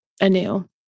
anew